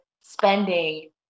spending